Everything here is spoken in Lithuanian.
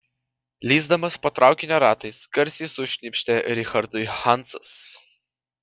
lįsdamas po traukinio ratais garsiai sušnypštė richardui hansas